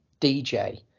DJ